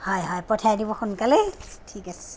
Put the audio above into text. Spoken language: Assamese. হয় হয় পঠিয়াই দিব সোনকালে ঠিক আছে